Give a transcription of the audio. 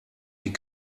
die